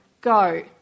Go